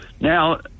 Now